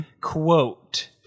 Quote